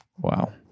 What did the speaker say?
wow